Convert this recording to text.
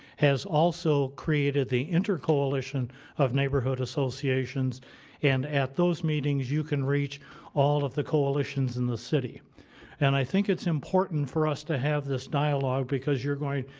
has also created the inter-coalition of neighborhood associations and at those meetings you can reach all of the coalitions in the city and i think it's important for us to have this dialogue because you're going,